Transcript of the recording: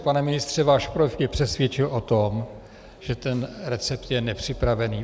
Pane ministře, váš projev mě přesvědčil o tom, že ten recept je nepřipravený.